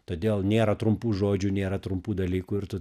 todėl nėra trumpų žodžių nėra trumpų dalykų ir tu